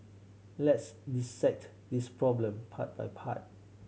let's dissect this problem part by part